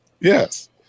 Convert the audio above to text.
Yes